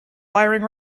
firing